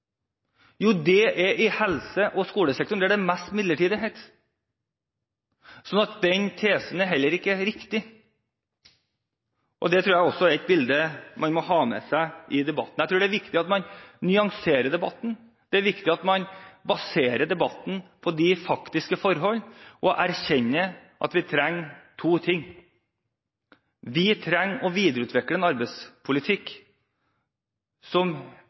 Jo, det er i helse- og sosialsektoren og i skolesektoren, der det er mest midlertidighet. Så den tesen er heller ikke riktig. Det tror jeg er et bilde man også må ha med seg i debatten. Jeg tror det er viktig at man nyanserer debatten. Det er viktig at man baserer debatten på de faktiske forhold og erkjenner at vi trenger to ting: Vi trenger å videreutvikle en arbeidslivspolitikk som